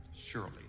Surely